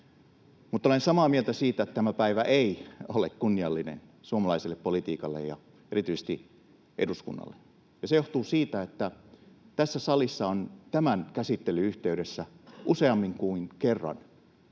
mutta olen samaa mieltä siitä, että tämä päivä ei ole kunniallinen suomalaiselle politiikalle ja erityisesti eduskunnalle, ja se johtuu siitä, että tässä salissa on tämän käsittelyn yhteydessä useammin kuin kerran